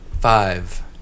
five